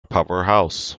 powerhouse